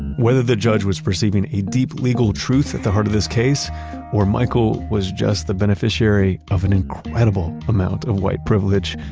whether the judge was perceiving a deep legal truth at the heart of the case or michael was just the beneficiary of an incredible amount of white privilege,